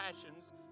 passions